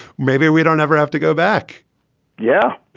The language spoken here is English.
maybe we don't ever have to go back yeah,